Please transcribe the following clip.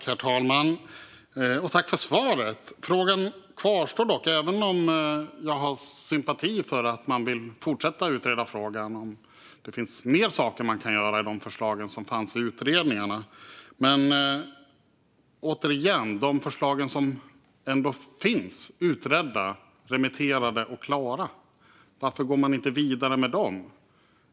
Herr talman! Tack, ledamoten, för svaret! Frågan kvarstår dock. Jag kan visst ha sympati för att man vill fortsätta utreda om det finns mer man kan göra med de förslag som fanns i utredningarna. Men de förslag som ändå finns utredda, remitterade och klara - varför går man inte vidare med dem?